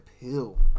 Pill